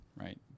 right